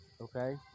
okay